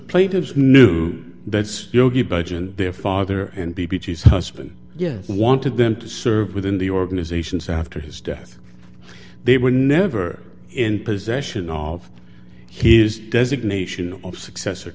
and their father and the beach is husband yes i wanted them to serve within the organizations after his death they were never in possession of his designation of successor